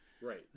Right